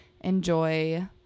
enjoy